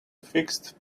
fixed